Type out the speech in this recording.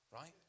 right